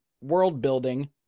world-building